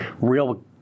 real